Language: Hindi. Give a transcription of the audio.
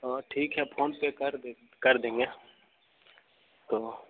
हँ ठीक है फोन पर कर दे कर देंगे तो